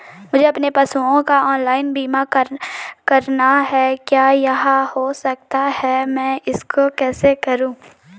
मुझे अपने पशुओं का ऑनलाइन बीमा करना है क्या यह हो सकता है मैं इसको कैसे करूँ?